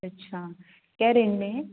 अच्छा क्या रेंज में है